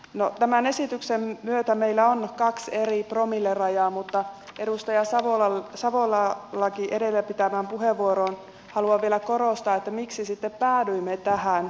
no tämän esityksen myötä meillä on kaksi eri promillerajaa mutta edustaja savolankin edellä pitämään puheenvuoroon liittyen haluan vielä korostaa sitä miksi sitten päädyimme tähän